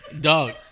Dog